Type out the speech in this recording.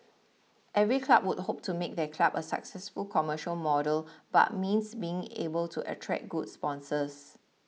every club would hope to make their club a successful commercial model but means being able to attract goods sponsors